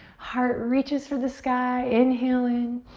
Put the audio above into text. heart reaches for the sky. inhale in.